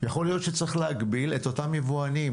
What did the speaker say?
יכול להיות שצריך להגביל את אותם יבואנים.